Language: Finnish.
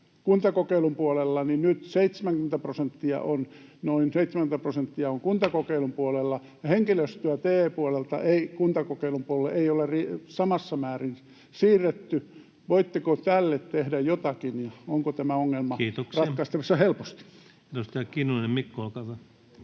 kuntakokeilun puolella, niin nyt noin 70 prosenttia on kuntakokeilun puolella ja henkilöstöä TE-puolelta kuntakokeilun puolelle ei ole samassa määrin siirretty. Voitteko tälle tehdä jotakin, ja onko tämä ongelma ratkaistavissa helposti? [Speech 85]